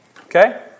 Okay